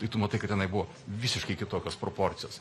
tai tu matai kad tenai buvo visiškai kitokios proporcijos